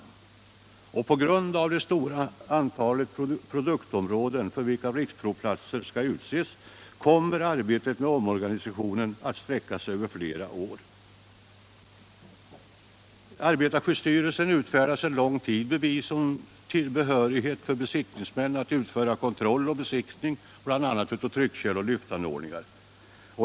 På 25 grund av det stora antalet produktområden för vilka riksprovplatser skall utses kommer arbetet med omorganisationen att sträcka sig över flera år. Arbetarskyddsstyrelsen utfärdar sedan lång tid tillbaka bevis om behörighet för besiktningsmän att utföra kontroll och besiktning av bl.a. tryckkärl och lyftanordningar.